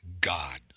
God